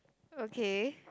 okay